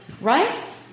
Right